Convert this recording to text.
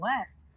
West